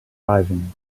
arriving